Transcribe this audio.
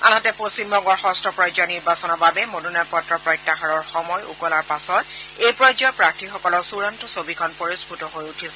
আনহাতে পশ্চিমবঙ্গৰ ষষ্ঠ পৰ্য্যায়ৰ নিৰ্বাচনৰ বাবে মনোনয়ন পত্ৰ প্ৰত্যাহাৰৰ সময় উকলাৰ পাছত এই পৰ্য্যায়ৰ প্ৰাৰ্থীসকলৰ চূড়ান্ত ছবিখন পৰিস্ফূট হৈ উঠিছে